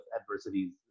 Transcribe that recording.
adversities